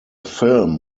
film